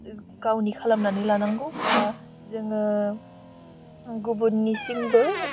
गावनि खालामनानै लानांगौ बा जोङो गुबुननिसिमबो